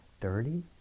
dirty